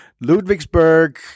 Ludwigsburg